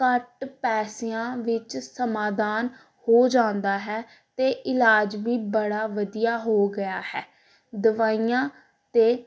ਘੱਟ ਪੈਸਿਆਂ ਵਿੱਚ ਸਮਾਧਾਨ ਹੋ ਜਾਂਦਾ ਹੈ ਅਤੇ ਇਲਾਜ ਵੀ ਬੜਾ ਵਧੀਆ ਹੋ ਗਿਆ ਹੈ ਦਵਾਈਆਂ 'ਤੇ